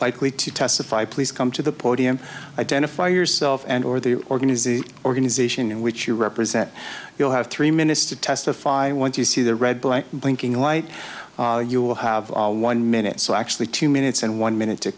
likely to testify please come to the podium identify yourself and or the organization organization in which you represent you'll have three minutes to testify once you see the red light blinking light you will have one minute so actually two minutes and one minute to